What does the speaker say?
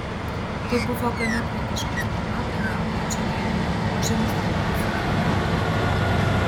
tai buvo gana kritiškas to meto amerikiečių leidinio požiūris į nacių diktatorių